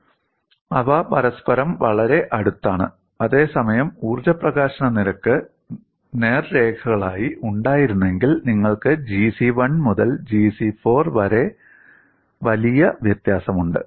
അവ പരസ്പരം വളരെ അടുത്താണ് അതേസമയം ഊർജ്ജ പ്രകാശന നിരക്ക് നേർരേഖകളായി ഉണ്ടായിരുന്നെങ്കിൽ നിങ്ങൾക്ക് Gc1 മുതൽ Gc4 വരെ വലിയ വ്യത്യാസമുണ്ട്